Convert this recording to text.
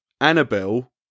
Annabelle